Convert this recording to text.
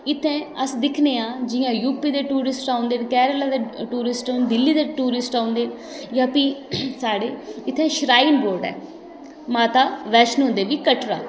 कीते अस दिक्खने आं जि'यां यूपी दे टूरिस्ट औंदे केरला दे टूरिस्ट औंदे दिल्ली दे टूरिस्ट औंदे जां भी साढ़े इत्थें श्राइन बोर्ड ऐ माता वैष्णो देवी कटरा